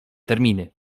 terminy